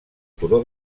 turó